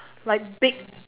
like big